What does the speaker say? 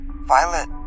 Violet